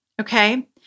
Okay